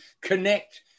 connect